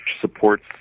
supports